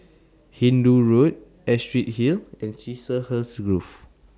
Hindoo Road Astrid Hill and Chiselhurst Grove